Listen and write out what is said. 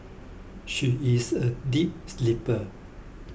she is a deep sleeper